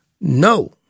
No